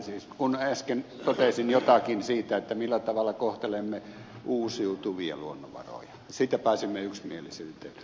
kun äsken totesin jotakin siitä millä tavalla kohtelemme uusiutuvia luonnonvaroja siitä pääsimme yksimielisyyteen